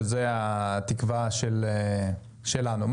שזה התקווה שלנו?